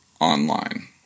online